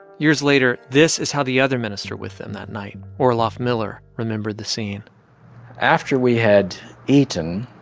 years later, this is how the other minister with them that night, orloff miller, remembered the scene after we had eaten,